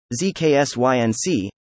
ZKSYNC